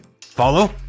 Follow